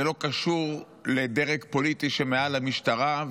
זה לא קשור לדרג פוליטי שמעל המשטרה,